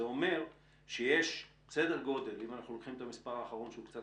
זה אומר שיש סדר גודל אם אנחנו לוקחים את המספר האחרון שהוא קצת